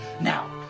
now